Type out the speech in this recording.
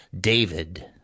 David